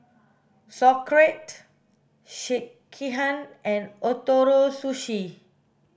Sauerkraut Sekihan and Ootoro Sushi